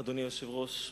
אדוני היושב-ראש,